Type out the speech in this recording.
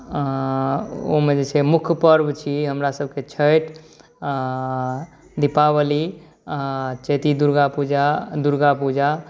ओहिमे जे छै मुख्य पर्व छी हमरा सबके छठि दीपावली चैती दुर्गापूजा दुर्गापूजा